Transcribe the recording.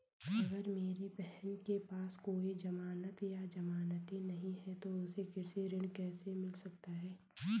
अगर मेरी बहन के पास कोई जमानत या जमानती नहीं है तो उसे कृषि ऋण कैसे मिल सकता है?